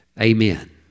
Amen